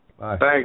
Thanks